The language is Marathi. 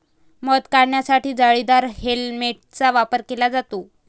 मध काढण्यासाठी जाळीदार हेल्मेटचा वापर केला जातो